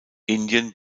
indien